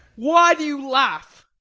why do you laugh?